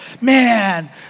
Man